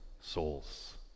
souls